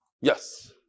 Yes